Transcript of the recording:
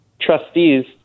trustees